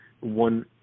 one